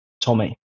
Tommy